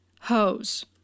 hose